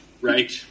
Right